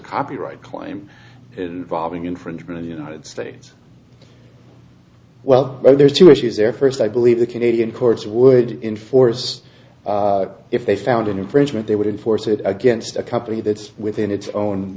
copyright claim valving infringement of the united states well there's two issues there first i believe the canadian courts would enforce if they found an infringement they would force it against a company that's within its own